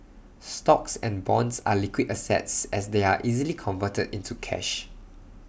stocks and bonds are liquid assets as they are easily converted into cash